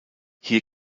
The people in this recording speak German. hier